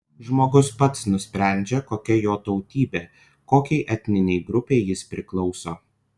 žmogus pats nusprendžia kokia jo tautybė kokiai etninei grupei jis priklauso